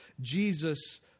Jesus